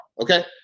Okay